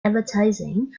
advertising